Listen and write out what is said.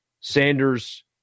Sanders